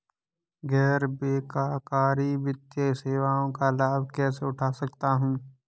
गैर बैंककारी वित्तीय सेवाओं का लाभ कैसे उठा सकता हूँ?